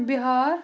Bihar